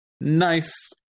nice